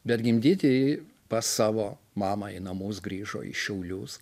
bet gimdyti pas savo mamą į namus grįžo į šiaulius